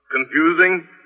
Confusing